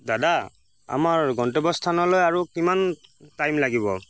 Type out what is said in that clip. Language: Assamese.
দাদা আমাৰ গন্তব্য স্থানলৈ আৰু কিমান টাইম লাগিব